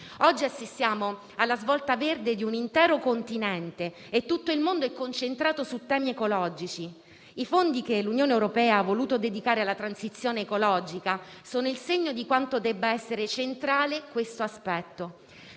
Oggi assistiamo alla svolta verde di un intero continente e tutto il mondo è concentrato sui temi ecologici. I fondi che l'Unione europea ha voluto dedicare alla transizione ecologica sono il segno di quanto debba essere centrale questo aspetto.